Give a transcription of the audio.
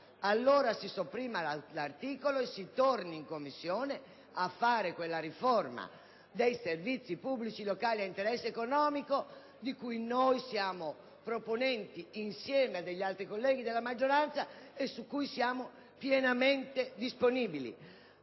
allora si sopprima l'articolo e si torni in Commissione per realizzare la riforma dei servizi pubblici locali di rilevanza economica, di cui siamo proponenti insieme ad altri colleghi della maggioranza e su cui siamo pienamente disponibili.